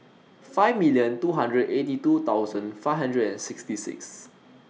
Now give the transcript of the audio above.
five million two hundred eighty two thousand five hundred and sixty six